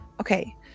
Okay